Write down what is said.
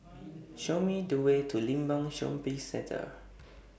Show Me The Way to Limbang Shopping Centre